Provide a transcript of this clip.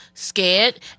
scared